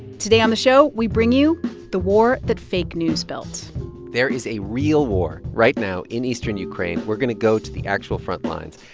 today on the show, we bring you the war that fake news built there is a real war right now in eastern ukraine. we're going to go to the actual front lines.